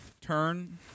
turn